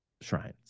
shrines